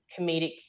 comedic